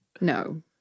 No